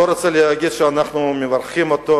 אני לא רוצה להגיד שאנחנו מברכים עליו,